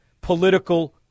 political